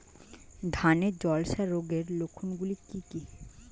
ধানের ঝলসা রোগের লক্ষণগুলি কি কি?